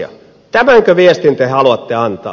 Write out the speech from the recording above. tämänkö viestin te haluatte antaa